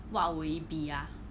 what would it be ah